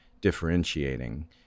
differentiating